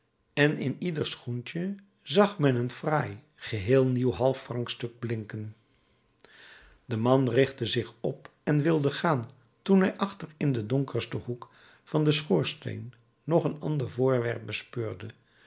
en in ieder schoentje zag men een fraai geheel nieuw half francstuk blinken de man richtte zich op en wilde gaan toen hij achter in den donkersten hoek van den schoorsteen nog een ander voorwerp bespeurde